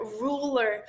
ruler